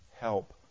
help